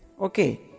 Okay